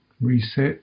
reset